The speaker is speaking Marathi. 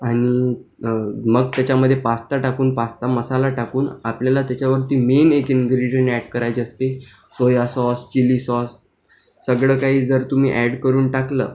आणि मग त्याच्यामध्ये पास्ता टाकून पास्ता मसाला टाकून आपल्याला त्याच्यावरती मेन एक इन्ग्रेडिअंट ॲड करायचे असते सोया सॉस चिली सॉस सगळं काही जर तुम्ही ॲड करून टाकलं